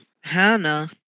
Hannah